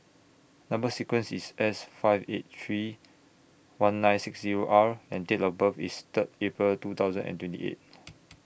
Number sequence IS S five eight three one nine six Zero R and Date of birth IS Third April two thousand and twenty eight